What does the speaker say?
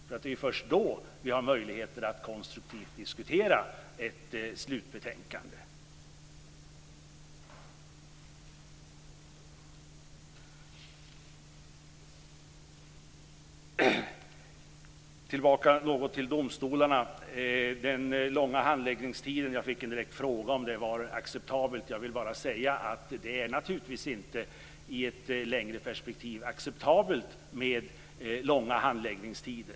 Det är först då som vi har möjlighet att konstruktivt diskutera ett slutbetänkande. Jag skall åter tala om domstolarna. Jag fick en direkt fråga om de långa handläggningstiderna var acceptabla. Jag vill bara säga att det naturligtvis inte är acceptabelt i ett längre perspektiv med långa handläggningstider.